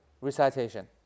recitation